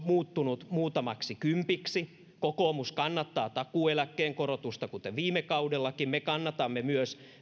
muuttunut muutamaksi kympiksi kokoomus kannattaa takuueläkkeen korotusta kuten viime kaudellakin me kannatamme myös